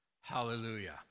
Hallelujah